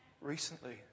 recently